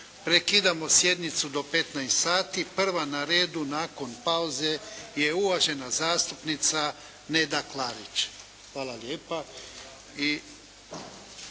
Prekidamo sjednicu do 15 sati. Prva na redu nakon pauze je uvažena zastupnica Neda Klarić. Hvala lijepa.